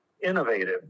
innovative